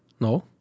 No